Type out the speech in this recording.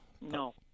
No